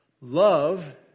love